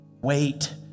wait